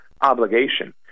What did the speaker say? obligation